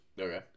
Okay